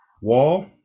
wall